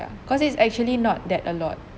cause it's actually not that a lot